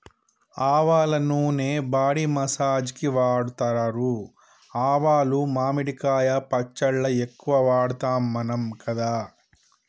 ఆవల నూనె body massage కి వాడుతారు ఆవాలు మామిడికాయ పచ్చళ్ళ ఎక్కువ వాడుతాం మనం కదా